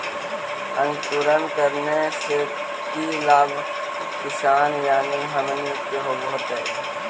अंकुरण करने से की लाभ किसान यानी हमनि के होतय?